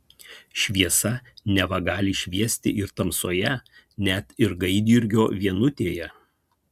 šviesa neva gali šviesti ir tamsoje net ir gaidjurgio vienutėje